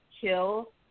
kill